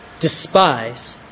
despise